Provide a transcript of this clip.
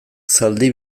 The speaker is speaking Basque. zaldi